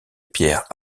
pierre